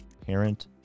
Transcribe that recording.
parent